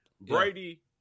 Brady